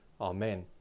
Amen